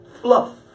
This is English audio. fluff